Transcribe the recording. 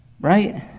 Right